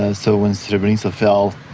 ah so when srebrenica fell,